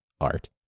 art